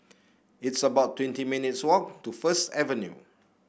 it's about twenty minutes' walk to First Avenue